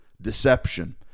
deception